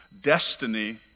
destiny